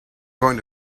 going